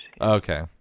Okay